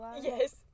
Yes